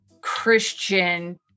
Christian